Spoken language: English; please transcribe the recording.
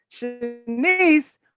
Shanice